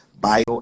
bio